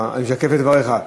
אני משקף את דבריך.